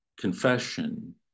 confession